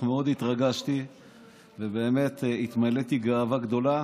מאוד התרגשתי ובאמת התמלאתי גאווה גדולה.